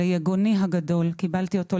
ליגוני הגדול קיבלתי אותו,